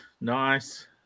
nice